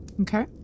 Okay